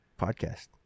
podcast